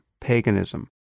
Paganism